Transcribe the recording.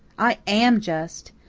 i am just.